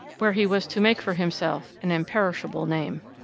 where he was to make for himself an imperishable name.